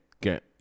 get